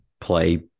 play